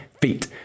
feet